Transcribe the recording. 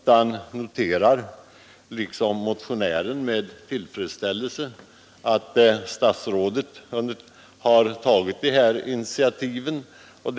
Jag noterar, liksom motionären, med tillfredsställelse att statsrådet Geijer har tagit det här initiativet.